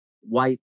white